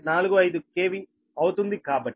45 KV అవుతుంది కాబట్టి